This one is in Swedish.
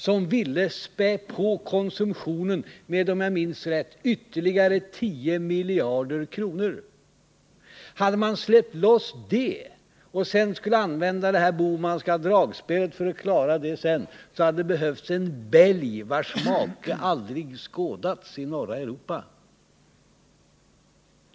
De ville spä på konsumtionen med om jag minns rätt ytterligare 10 miljarder kronor. Hade man gjort det och sedan använt det Bohmanska dragspelet för att klara detta, så hade det behövts en bälg vars make aldrig hade skådats i norra Europa.